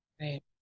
Right